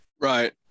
Right